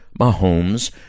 Mahomes